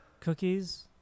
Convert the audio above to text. cookies